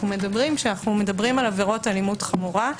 מדברים כשאנו מדברים על עבירות אלימות חמורה.